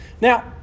Now